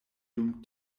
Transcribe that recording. dum